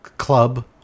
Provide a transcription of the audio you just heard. Club